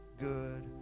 good